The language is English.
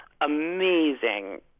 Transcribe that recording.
amazing